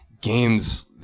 games